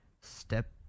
step